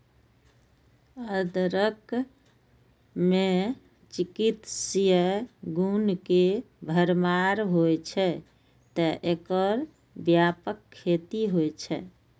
अदरक मे चिकित्सीय गुण के भरमार होइ छै, तें एकर व्यापक खेती होइ छै